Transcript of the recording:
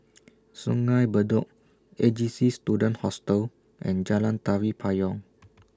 Sungei Bedok A J C Student Hostel and Jalan Tari Payong